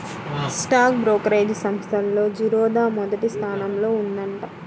stock brokerage సంస్థల్లో జిరోదా మొదటి స్థానంలో ఉందంట